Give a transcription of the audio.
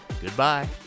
Goodbye